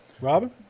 Robin